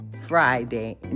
Friday